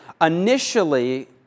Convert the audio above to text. Initially